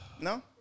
No